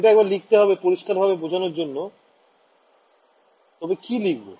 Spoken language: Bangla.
এটা একবার লিখতে হবে পরিস্কার ভাবে বোঝানোর জন্য তবে কি লিখবো